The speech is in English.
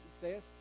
Success